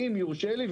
ואם יורשה לי,